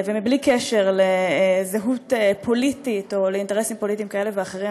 ובלי קשר לזהות פוליטית או לאינטרסים פוליטיים כאלה ואחרים,